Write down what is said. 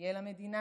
שתהיה למדינה.